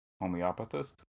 homeopathist